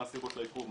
מה הסיבות לעיכוב,